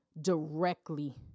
directly